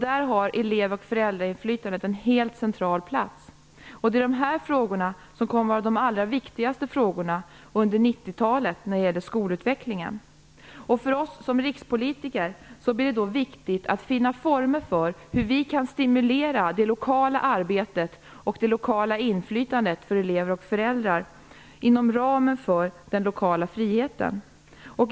Där har elev och föräldrainflytandet en helt central plats. Det är de frågorna som kommer att vara de allra viktigaste frågorna under 90-talet, när det gäller skolutvecklingen. För oss rikspolitiker blir det då viktigt att finna former för hur vi kan stimulera det lokala arbetet och det lokala inflytandet för elever och föräldrar inom ramen för den lokala friheten.